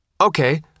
okay